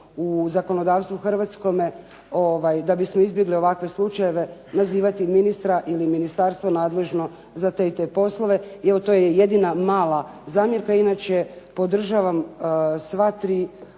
u zakonodavstvu hrvatskome da bismo izbjegli ovakve slučajeve nazivati ministra ili ministarstvo nadležno za te i te poslove. Evo, to je jedina mala zamjerka. Inače, podržavam sva tri